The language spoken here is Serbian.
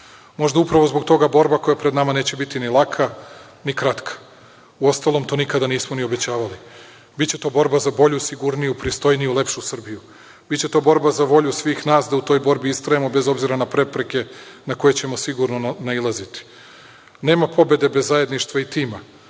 meta. Možda upravo zbog toga, borba koja je pred nama neće biti ni laka ni kratka. Uostalom, to nikada nismo ni obećavali. Biće to borba za bolju, sigurniju, pristojniju, lepšu Srbiju. Biće to borba za volju svih nas da u toj borbi istrajemo bez obzira na prepreke na koje ćemo sigurno nailaziti. Nema pobede bez zajedništva i tima.